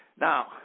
now